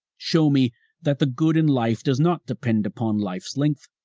show me that the good in life does not depend upon life's length,